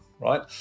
right